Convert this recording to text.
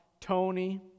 Tony